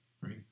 Right